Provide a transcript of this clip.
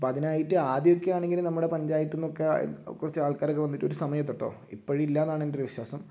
അപ്പം അതിനായിട്ട് ആദ്യമൊക്കെയാണെങ്കിൽ നമ്മുടെ പഞ്ചായത്തിന്നൊക്കെ കുറച്ച് ആൾക്കാരൊക്കെ വന്നിട്ട് ഒരു സമയത്ത് കേട്ടോ ഇപ്പോഴില്ലയെന്നാണ് എൻ്റൊരു വിശ്വാസം